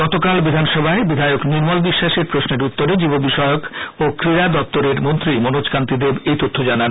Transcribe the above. গতকাল বিধানসভায় বিধায়ক নির্মল বিশ্বাসের প্রশ্নের উত্তরে যুব বিষয়ক ও ক্রীডা দপ্তরের মন্ত্রী মনোজ কান্তি দেব এই তথ্য জানান